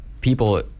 people